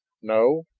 no.